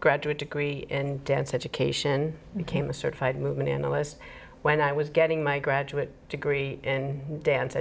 graduate degree and dance education became a certified movement and i was when i was getting my graduate degree in dance